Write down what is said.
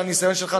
לניסיון שלך,